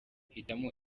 hitamo